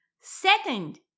Second